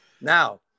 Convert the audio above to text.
Now